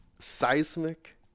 seismic